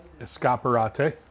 Escaparate